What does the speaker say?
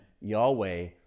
Yahweh